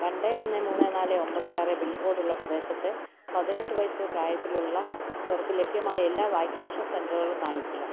രണ്ട് ഒന്ന് മൂന്ന് നാല് ഒൻപത് ആറ് പിൻകോഡുള്ള പ്രദേശത്ത് പതിനെട്ട് വയസ്സ് പ്രായത്തിലുള്ള വർക്ക് ലഭ്യമായ എല്ലാ വാക്സിനേഷൻ സെൻറ്റകളും കാണിക്കുക